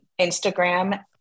instagram